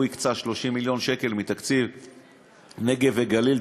הוא הקצה 30 מיליון שקל מתקציב נגב וגליל,